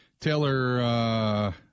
Taylor